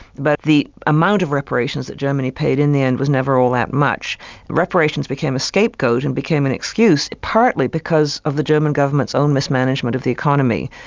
but the amount of reparations that germany paid in the end was never all that much. reparations became a scapegoat and became an excuse, partly because of the german government's own mismanagement of the economy.